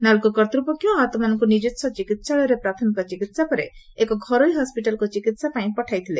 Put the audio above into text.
ନାଲ୍କୋ କର୍ତ୍ତୂପକ୍ଷ ଆହତ ମାନଙ୍କୁ ନିଜସ୍ୱ ଚିକିହାଳୟ ପ୍ରାଥମିକ ଚିକିହା ପରେ ଏକ ଘରୋଇ ହସ୍ୱିଟାଲକୁ ଚିକିହା ପଇଁ ପଠାଇଥିଲେ